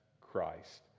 Christ